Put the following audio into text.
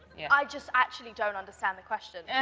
i just actually don't understand the question. and